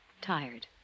tired